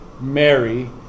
Mary